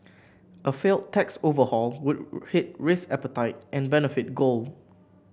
a failed tax overhaul would hit risk appetite and benefit gold